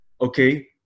okay